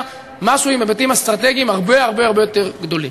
משהו עם היבטים אסטרטגיים הרבה הרבה הרבה יותר גדולים.